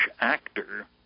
actor